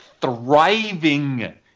thriving